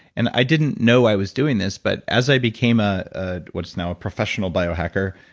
and i didn't know i was doing this but as i became, ah ah what's now a professional biohacker.